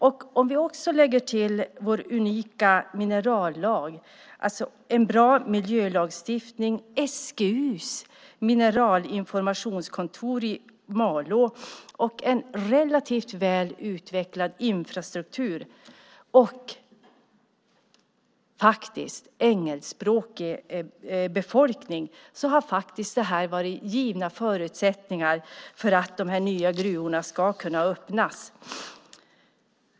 Om vi också lägger till vår unika minerallag, en bra miljölagstiftning, SGU:s mineralinformationskontor i Malå, en relativt väl utvecklad infrastruktur och, faktiskt, engelskspråkig befolkning har det här varit givna förutsättningar för att dessa nya gruvor ska kunna öppna.